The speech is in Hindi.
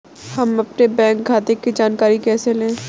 हम अपने बैंक खाते की जानकारी कैसे लें?